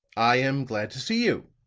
i am glad to see you.